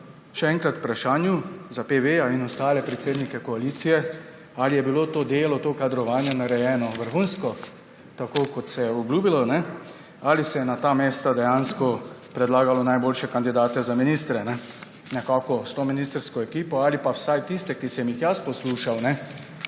Še enkrat k vprašanju za PV in ostale predsednike koalicije, ali je bilo to delo, to kadrovanje narejeno vrhunsko, tako kot se je obljubilo, ali se je na ta mesta dejansko predlagalo najboljše kandidate za ministre. Za to ministrsko ekipo ali pa vsaj tiste, ki sem jih jaz poslušal,